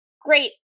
great